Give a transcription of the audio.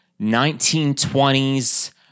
1920s